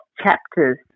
chapters